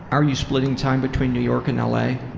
are you splitting time between new york and l. a?